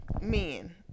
men